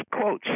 quotes